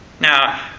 Now